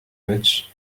much